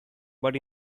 but